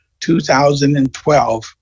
2012